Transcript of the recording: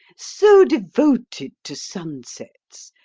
so devoted to sunsets!